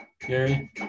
Gary